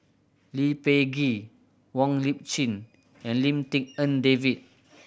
Lee Peh Gee Wong Lip Chin and Lim Tik En David